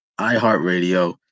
iHeartRadio